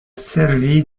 servi